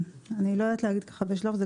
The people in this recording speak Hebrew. אני לא יודעת להגיד לך בשלב זה,